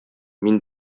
мин